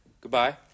goodbye